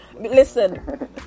Listen